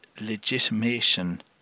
legitimation